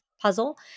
puzzle